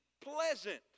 pleasant